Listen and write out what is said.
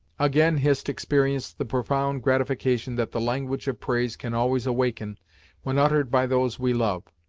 again hist experienced the profound gratification that the language of praise can always awaken when uttered by those we love.